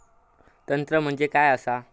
तंत्र म्हणजे काय असा?